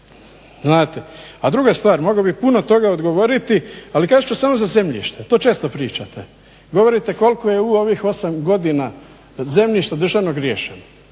A druga stvar mogao bih puno toga odgovoriti ali kazat ću samo za zemljište, to često pričate, govorite koliko je u ovih osam godina zemljišta državnog riješeno,